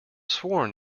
sworn